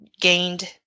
gained